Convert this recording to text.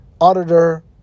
auditor